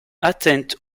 atteinte